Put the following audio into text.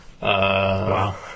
Wow